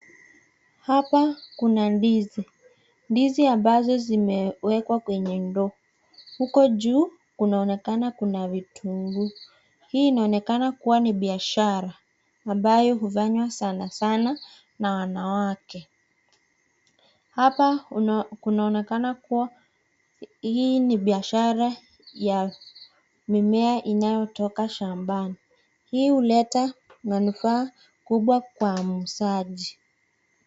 Hapa kuna ndizi. Ndizi ambazo zimewekwa kwenye ndoo. Huko juu kunaonekana kuna vitunguu. Hii inaonekana kuwa ni biashara ambayo hufanywa sana sana na wanawake. Hapa kunaonekana kuwa hii ni biashara ya mimea inayotoka shambani. Hii huleta manufaa kubwa kwa muuzaji.